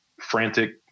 frantic